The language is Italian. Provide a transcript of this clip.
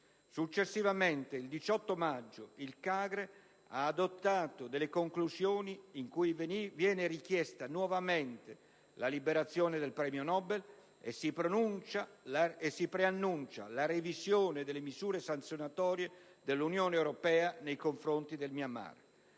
Successivamente, il 18 maggio, il CAGRE ha adottato delle conclusioni in cui viene richiesta nuovamente la liberazione del premio Nobel e si preannuncia la revisione delle misure sanzionatole dell'Unione europea nei confronti del Myanmar.